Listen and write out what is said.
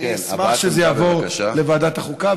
אני אשמח אם זה יעבור לוועדת החוקה,